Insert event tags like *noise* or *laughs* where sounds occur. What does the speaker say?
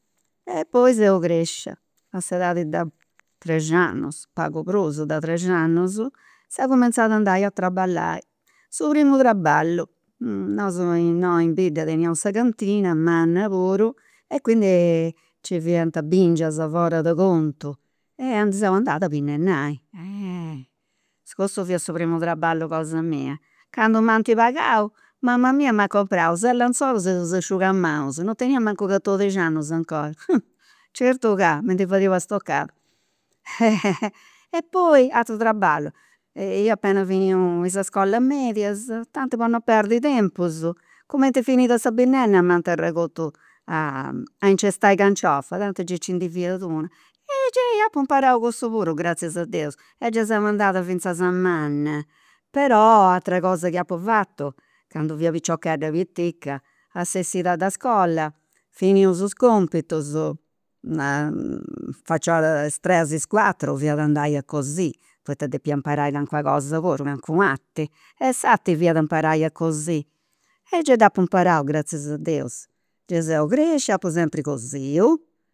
E poi seu crescia a s'edadi de treixiannus pagu prus, pagu prus de treixiannus, seu cumentzat andai a traballai, su primu traballu. *hesitation* Nosu innoi in bidda teniaus sa cantina manna puru e quindi nci fiant bingias fora de contu e seu andat a binnennai *hesitation* cussu fiat su primu traballu cosa mia, candu m'ant pagau mama mia m'at comporau ses lenzolus e dus asciugamanus, non tenia mancu catodixiannus 'ncora *hesitation* certu ca mi ndi fadiat una stoccada, *laughs* e poi aturu traballu ia appena finiu sa iscolas medias, tanti po no perdi tempus cumenti est finida sa binnenna m'ant arregortu a *hesitation* a incestai canciofa, tanti gei nci ndi fiat una e gei apu imparau cussu puru gratzias a deus e geu seu andat finzas a manna però atera cosa chi apu fatu candu fia piciochedda pitica, a s'essida de iscola, finius is compitus *hesitation* faciora a is tres is cuatru fiat andai a cosiri poita depia imparai calincuna cosa puru calincuna arti e s'arti fiat imparai a cosiri, e gei dd'apu imparau gratzias a deus, gei seu crescia, apu sempri cosiu